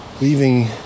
leaving